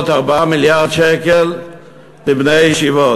4 מיליארד שקל לבני הישיבות?